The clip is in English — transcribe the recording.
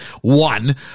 one